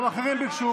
גם אחרים ביקשו,